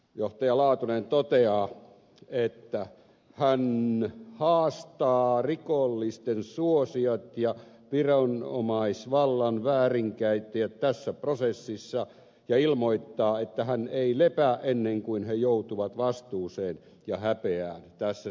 johtaja laatunen toteaa että hän haastaa rikollisten suosijat ja viranomaisvallan väärinkäyttäjät tässä prosessissa ja ilmoittaa että hän ei lepää ennen kuin he joutuvat vastuuseen ja häpeään